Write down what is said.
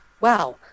Wow